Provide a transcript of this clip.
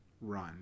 run